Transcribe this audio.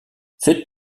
c’est